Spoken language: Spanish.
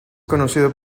conocido